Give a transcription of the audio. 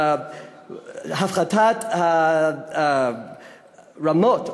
הפחתת הרמות,